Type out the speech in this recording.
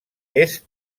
est